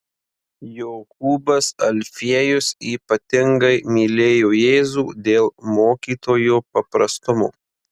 jokūbas alfiejus ypatingai mylėjo jėzų dėl mokytojo paprastumo